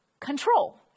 control